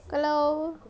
kalau